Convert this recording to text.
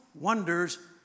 wonders